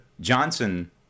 Johnson